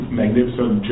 magnificent